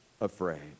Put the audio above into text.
afraid